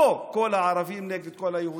או כל הערבים נגד כל היהודים.